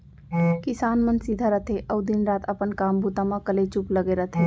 किसान मन सीधा रथें अउ दिन रात अपन काम बूता म कलेचुप लगे रथें